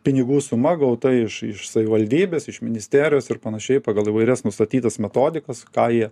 pinigų suma gauta iš iš savivaldybės iš ministerijos ir panašiai pagal įvairias nustatytas metodikas ką jie